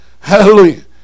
Hallelujah